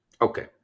Okay